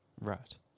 right